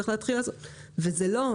וזה לא.